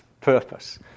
purpose